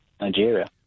Nigeria